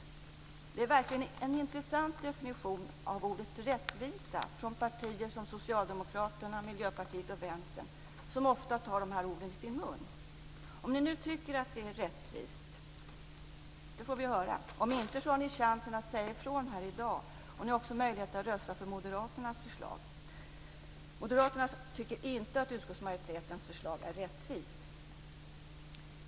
Det här är verkligen en intressant definition av ordet rättvisa från sådana partier som socialdemokraterna, Miljöpartiet och Vänstern som ofta tar det ordet i sin mun. Vi får nu höra om ni tycker att det är rättvist. Om inte, har ni chans att säga ifrån i dag, och ni har också möjlighet att rösta för moderaternas förslag. Moderaterna tycker inte att utskottsmajoritetens förslag är rättvist.